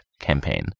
campaign